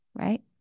right